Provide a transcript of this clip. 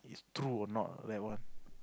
true or not that one